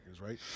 right